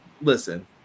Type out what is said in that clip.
listen